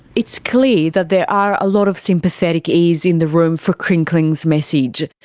it's clear that there are a lot of sympathetic ears in the room for crinkling's message.